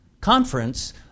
conference